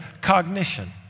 cognition